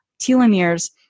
telomeres